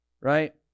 right